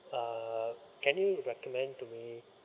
uh can you recommend to me